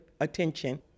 attention